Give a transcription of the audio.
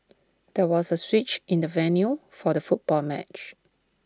there was A switch in the venue for the football match